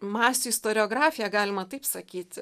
masių istoriografiją galima taip sakyt